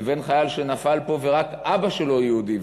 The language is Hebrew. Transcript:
לבין חייל שנפל פה ורק אבא שלו יהודי,